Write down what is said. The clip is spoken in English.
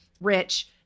Rich